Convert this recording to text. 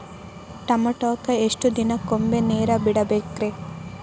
ಟಮೋಟಾಕ ಎಷ್ಟು ದಿನಕ್ಕೊಮ್ಮೆ ನೇರ ಬಿಡಬೇಕ್ರೇ?